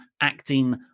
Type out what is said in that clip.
acting